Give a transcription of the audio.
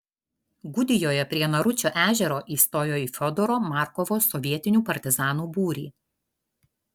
gudijoje prie naručio ežero įstojo į fiodoro markovo sovietinių partizanų būrį